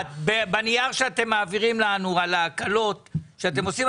בנייר שאתם מעבירים לנו על ההקלות שאתם עושים,